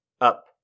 up